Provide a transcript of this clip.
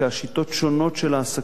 שיטות שונות של העסקה,